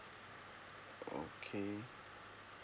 okay